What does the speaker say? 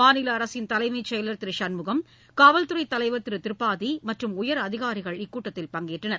மாநில அரசின் தலைமைச் செயலர் திரு சண்முகம் காவல்துறை தலைவர் திரு திரிபாதி மற்றும் உயரதிகாரிகள் இக்கூட்டத்தில் பங்கேற்றனர்